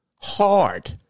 hard